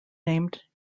named